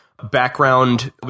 background